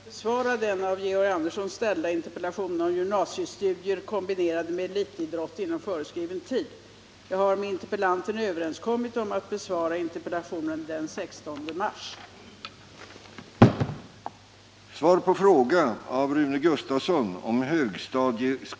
Under en lång följd av år har Växjö och Ljungby kommuner eftersträvat att kunna inrätta högstadieskolor i Lammhult resp. Lidhult. I båda fallen gäller att elever tvingas åka buss uppemot tio mil per dag för att komma till skolan. Från såväl trafiksäkerhetssom skolsocial synpunkt är detta förhållande oacceptabelt.